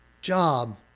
job